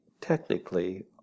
technically